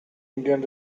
indian